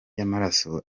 y’amaraso